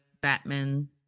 Batman